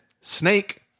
Snake